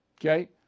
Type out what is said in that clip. Okay